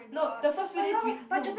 no the first few days we no